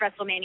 WrestleMania